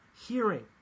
hearing